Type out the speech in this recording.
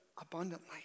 abundantly